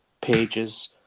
pages